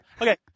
Okay